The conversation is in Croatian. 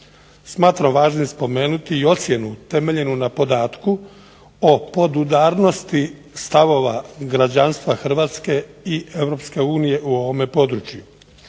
Smatram važnim spomenuti i ocjenu temeljenu na podatku o podudarnosti stavova građanstva Hrvatske i EU u ovome području.